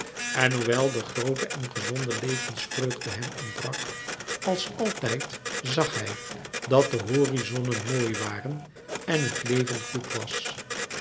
en hoewel de groote en gezonde levensvreugde hem ontbrak als altijd zag hij dat de horizonnen mooi waren en het leven goed was